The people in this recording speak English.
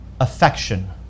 affection